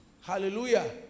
Hallelujah